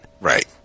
Right